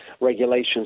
regulations